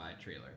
trailer